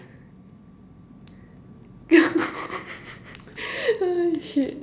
ah shit